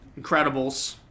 Incredibles